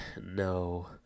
no